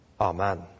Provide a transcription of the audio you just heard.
Amen